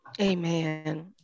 Amen